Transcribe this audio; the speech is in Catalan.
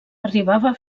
arribava